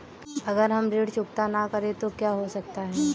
अगर हम ऋण चुकता न करें तो क्या हो सकता है?